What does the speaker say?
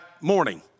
morning